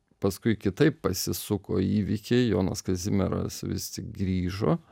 paskui kitaip pasisuko įvykiai jonas kazimieras vis tik grįžo